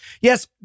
Yes